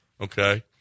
okay